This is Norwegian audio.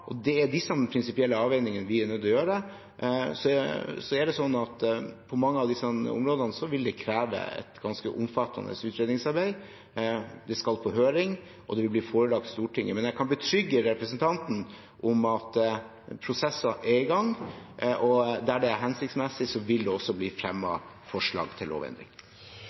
Det er disse prinsipielle avveiningene vi er nødt til å gjøre. Så er det sånn at på mange av disse områdene vil det kreve et ganske omfattende utredningsarbeid. Det skal på høring, og det vil bli forelagt Stortinget. Men jeg kan betrygge representanten med at prosesser er i gang, og der det er hensiktsmessig, vil det også blir fremmet forslag til